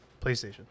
PlayStation